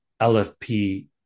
LFP